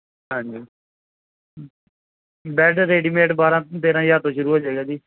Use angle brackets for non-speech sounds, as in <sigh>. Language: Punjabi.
ਹਾਂਜੀ <unintelligible> ਬੈੱਡ ਰੇਡੀਮੇਡ ਬਾਰਾਂ ਤੇਰਾਂ ਹਜ਼ਾਰ ਤੋਂ ਸ਼ੁਰੂ ਹੋ ਜਾਏਗਾ ਜੀ